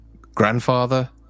Grandfather